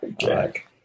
Jack